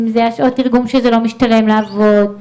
עם שעות תרגום שזה לא משתלם לעבוד,